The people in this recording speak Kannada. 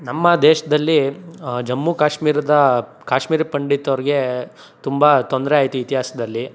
ನಮ್ಮ ದೇಶದಲ್ಲಿ ಜಮ್ಮು ಕಾಶ್ಮೀರದ ಕಾಶ್ಮೀರಿ ಪಂಡಿತ್ತವ್ರಿಗೆ ತುಂಬ ತೊಂದರೆ ಆಯಿತು ಇತಿಹಾಸ್ದಲ್ಲಿ